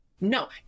No